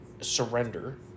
surrender